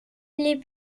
les